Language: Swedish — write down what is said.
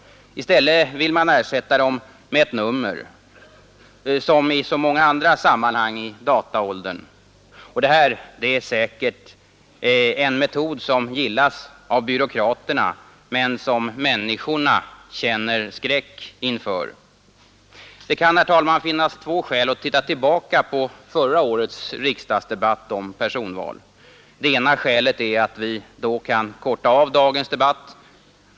I stället vill man ersätta dem med ett nummer — som i så många andra sammanhang i dataåldern. Det är säkert en metod som gillas av byråkraterna men som människorna känner skräck inför. Det kan, herr talman, finnas två skäl att se tillbaka på förra årets riksdagsdebatt om personval. Det ena skälet är att vi då kan korta av dagens debatt.